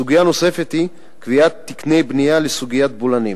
סוגיה נוספת היא קביעת תקני בנייה בסוגיית הבולענים.